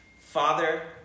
Father